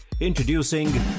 Introducing